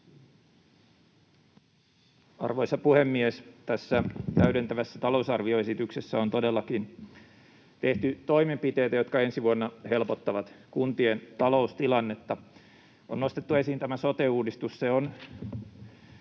Arvoisa puhemies! Tässä täydentävässä talousarvioesityksessä on todellakin tehty toimenpiteitä, jotka ensi vuonna helpottavat kuntien taloustilannetta. On nostettu esiin tämä sote-uudistus,